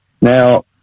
Now